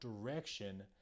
direction